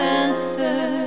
answer